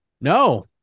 No